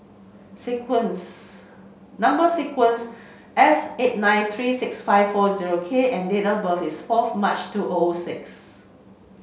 sequence number sequence S eight nine three six five four zero K and date of birth is fourth March two O O six